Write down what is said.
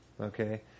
okay